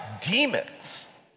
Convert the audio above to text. demons